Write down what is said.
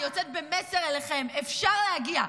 אני יוצאת במסר אליכם: אפשר להגיע.